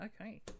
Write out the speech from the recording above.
Okay